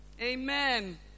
Amen